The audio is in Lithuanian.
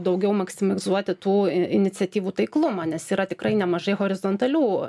daugiau maksimizuoti tų iniciatyvų taiklumą nes yra tikrai nemažai horizontalių